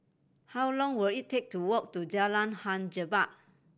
how long will it take to walk to Jalan Hang Jebat